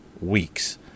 weeks